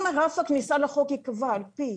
אם רף הכניסה לחוק ייקבע על פי